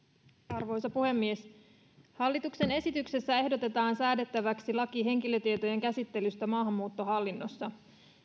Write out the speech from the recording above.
arvoisa puhemies hallituksen esityksessä ehdotetaan säädettäväksi laki henkilötietojen käsittelystä maahanmuuttohallinnossa